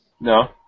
No